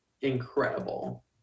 Incredible